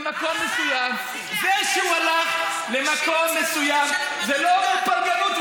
זה שהוא הלך למקום מסוים זה לא אומר פלגנות,